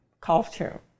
culture